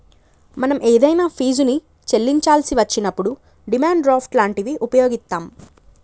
మనం ఏదైనా ఫీజుని చెల్లించాల్సి వచ్చినప్పుడు డిమాండ్ డ్రాఫ్ట్ లాంటివి వుపయోగిత్తాం